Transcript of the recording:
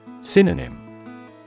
Synonym